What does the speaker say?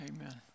Amen